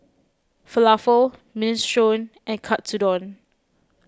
Falafel Minestrone and Katsudon